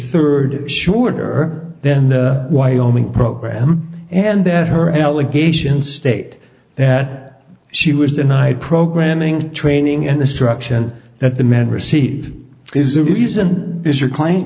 third shorter then the wyoming program and that her allegations state that she was denied programming training and destruction that the men receive is a reason is your client